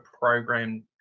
program